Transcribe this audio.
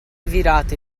virate